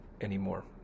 anymore